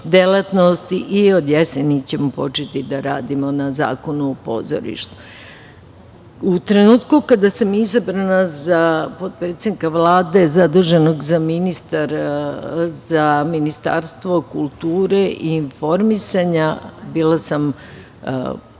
i do jeseni ćemo početi da radimo na zakonu o pozorištu.U trenutku kada sam izabrana za potpredsednika Vlade zaduženog za Ministarstvo kulture i informisanja, bila sam veoma